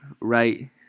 Right